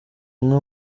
umwe